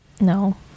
No